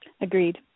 Agreed